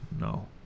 No